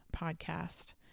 podcast